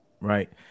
Right